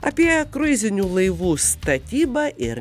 apie kruizinių laivų statybą ir